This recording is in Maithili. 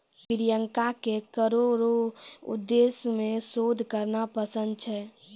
प्रियंका के करो रो उद्देश्य मे शोध करना पसंद छै